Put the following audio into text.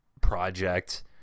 project